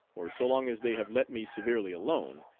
or so long as they have let me severely alone,